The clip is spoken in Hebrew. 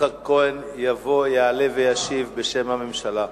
יצחק כהן, יעלה וישיב בשם הממשלה.